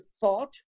thought